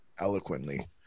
eloquently